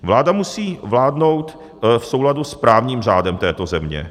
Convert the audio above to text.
Vláda musí vládnout v souladu s právním řádem této země.